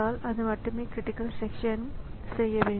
எனவே அந்த வழியில் நினைவகத்திற்கு அணுகல் வழங்கப்பட வேண்டும்